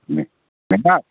ᱢᱤᱫ